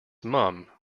mum